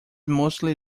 mostly